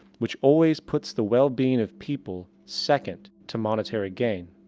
which always put's the well-being of people second to monetary gain.